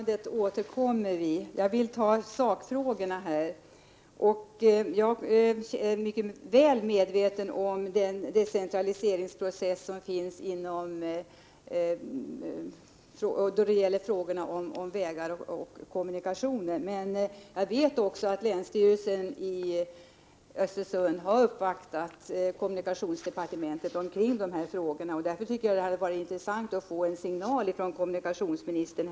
Herr talman! Till det senare påståendet vill vi återkomma, jag vill här diskutera sakfrågorna. Jag är mycket väl medveten om decentraliseringsprocessen då det gäller frågorna om vägar och kommunikationer. Jag vet också att länsstyrelsen i Östersund har uppvaktat kommunikationsdepartementet när det gäller dessa frågor. Det skulle därför ha varit intressant att här i dag få en signal från kommunikationsministern.